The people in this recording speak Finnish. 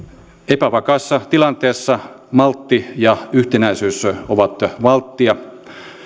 epävakaassa tilanteessa maltti ja yhtenäisyys ovat valttia